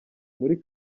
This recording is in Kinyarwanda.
muri